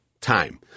time